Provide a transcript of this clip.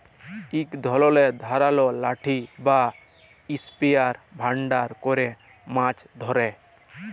ইক ধরলের ধারালো লাঠি বা ইসপিয়ার ব্যাভার ক্যরে মাছ ধ্যরে